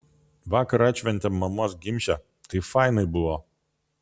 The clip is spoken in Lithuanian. vakar atšventėm mamos gimšę tai fainai buvo